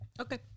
Okay